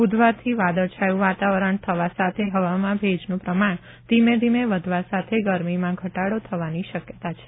બુધવારથી વાદળછાયું વાતાવરણ થવા સાથે હવામાં ભેજનું પ્રમાણ ધીમે ધીમે વધવા સાથે ગરમીમાં ઘટાડો થવાની શક્યતા છે